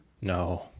No